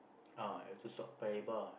uh have to stop Paya-Lebar